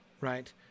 Right